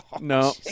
No